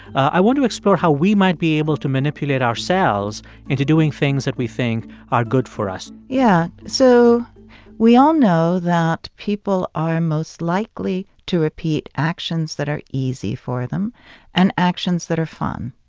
i want to explore how we might be able to manipulate ourselves into doing things that we think are good for us yeah. so we all know that people are most likely to repeat actions that are easy for them and actions that are fun.